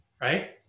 right